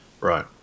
Right